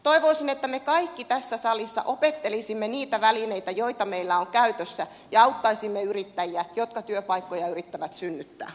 toivoisin että me kaikki tässä salissa opettelisimme niitä välineitä joita meillä on käytössä ja auttaisimme yrittäjiä jotka työpaikkoja yrittävät synnyttää